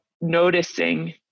noticing